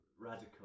radical